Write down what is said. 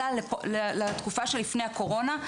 אלא לתקופה שלפני הקורונה,